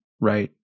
Right